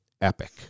epic